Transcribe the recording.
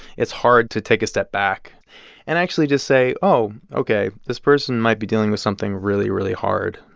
it's hard to take a step back and actually just say, oh, ok. this person might be dealing with something really, really hard,